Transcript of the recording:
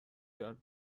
کرد